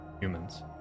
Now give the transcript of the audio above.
humans